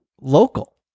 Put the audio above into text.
Local